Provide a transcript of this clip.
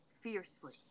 fiercely